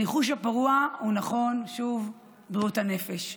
הניחוש הפרוע הוא נכון, שוב בריאות הנפש.